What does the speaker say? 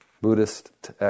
Buddhist